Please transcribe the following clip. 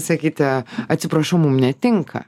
sakyti atsiprašau mum netinka